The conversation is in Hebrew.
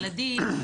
ילדים,